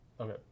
okay